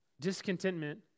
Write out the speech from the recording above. Discontentment